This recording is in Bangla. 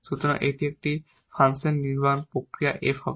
সুতরাং এই ফাংশন নির্মাণ প্রক্রিয়া f হবে